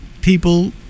people